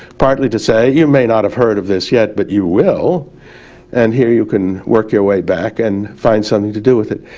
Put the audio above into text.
partly to say you may not have heard of this yet, but you will and here you can work your way back and find something to do with it.